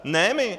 Ne my.